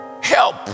help